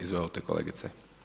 Izvolite kolegice.